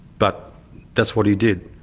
but that's what he did.